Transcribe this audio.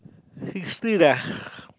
history lah